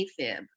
AFib